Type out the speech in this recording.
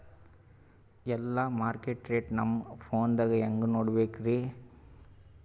ಎಲ್ಲಾ ಮಾರ್ಕಿಟ ರೇಟ್ ನಮ್ ಫೋನದಾಗ ಹೆಂಗ ನೋಡಕೋಬೇಕ್ರಿ?